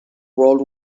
world